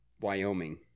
Wyoming